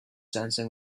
sensing